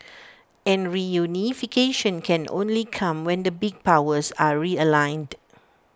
and reunification can only come when the big powers are realigned